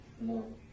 No